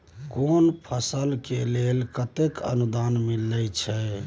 केना फसल के लेल केतेक अनुदान मिलै छै?